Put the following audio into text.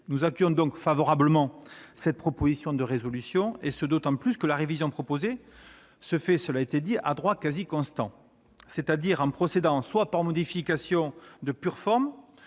Nous accueillons donc favorablement cette proposition de résolution, et ce d'autant plus que la révision proposée se fait- cela a été dit -« à droit " quasi constant ", c'est-à-dire en procédant soit par modifications de pure forme